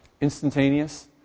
instantaneous